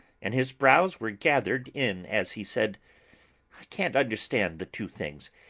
and his brows were gathered in as he said i can't understand the two things.